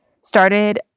started